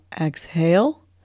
exhale